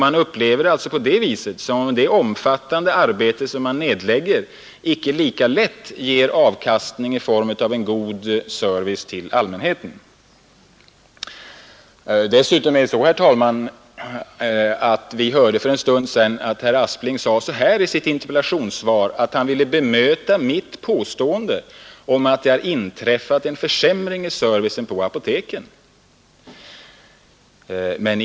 Man upplever det som om det omfattande arbete man nedlägger inte lika lätt ger avkastning i form av en god service till allmänheten. Herr Aspling sade i sitt interpellationssvar att han ville bemöta mitt påstående att det hade inträffat en försämring av servicen på apoteken.